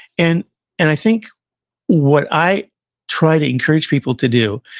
and and i think what i try to encourage people to do,